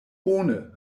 bone